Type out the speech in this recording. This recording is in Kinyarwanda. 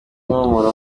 impumuro